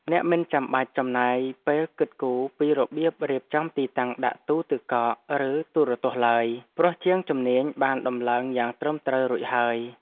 អ្នកមិនចាំបាច់ចំណាយពេលគិតគូរពីរបៀបរៀបចំទីតាំងដាក់ទូទឹកកកឬទូរទស្សន៍ឡើយ ព្រោះជាងជំនាញបានដំឡើងយ៉ាងត្រឹមត្រូវរួចហើយ។